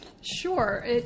Sure